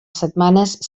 setmanes